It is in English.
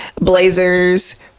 blazers